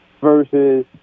versus